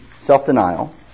self-denial